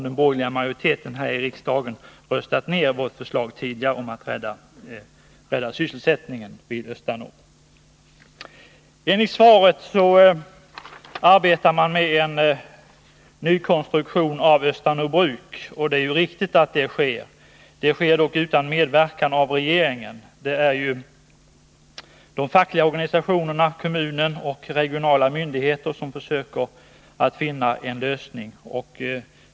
Den borgerliga majoriteten här i riksdagen har tidigare röstat ned vårt förslag om att rädda sysselsättningen vid Östanå. Enligt vad som uppges i svaret arbetar man med en nykonstruktion av Östanå bruk, och det är också riktigt. Det sker dock utan medverkan av regeringen. Det är de fackliga organisationerna, kommunen och regionala myndigheter som försöker att finna en lösning.